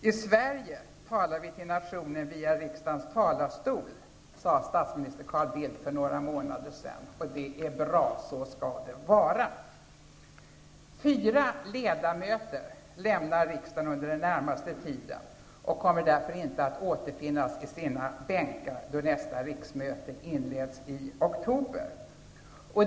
I Sverige talar vi till nationen via riksdagens talarstol, sade statsminister Carl Bildt för några månader sedan. Det är bra, så skall det vara. Fyra ledamöter lämnar riksdagen under den närmaste tiden och kommer därför inte att återfinnas i sina bänkar då nästa riksmöte inleds i oktober.